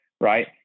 right